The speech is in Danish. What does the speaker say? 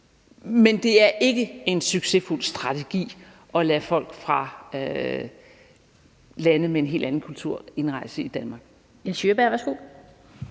men det er ikke en succesfuld strategi at lade folk fra lande med en anden kultur indrejse i Danmark.